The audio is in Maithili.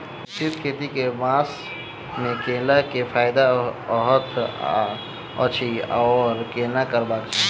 मिश्रित खेती केँ मास मे कैला सँ फायदा हएत अछि आओर केना करबाक चाहि?